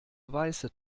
weiße